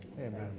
Amen